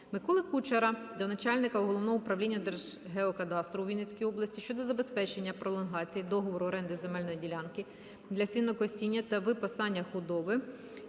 Миколи Кучера до начальника Головного управління Держгеокадастру у Вінницькій області щодо забезпечення пролонгації договору оренди земельної ділянки для сінокосіння та випасання худоби